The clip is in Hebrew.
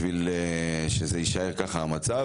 בשביל שהמצב יישאר ככה,